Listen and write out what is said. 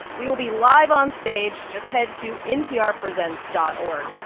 we will be live on stage. just head to nprpresents dot org.